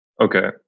Okay